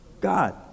God